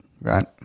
right